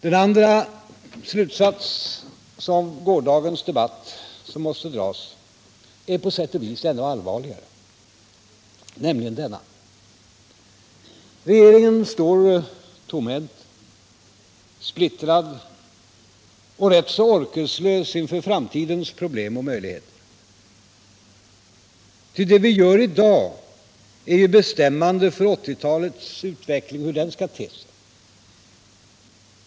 Den andra slutsatsen som måste dras av gårdagens debatt är på sätt och vis ännu allvarligare, nämligen denna: Regeringen står tomhänt, splittrad och rätt så orkeslös inför framtidens problem och möjligheter. Ty det vi gör i dag är ju bestämmande för hur 1980-talets utveckling skall te sig.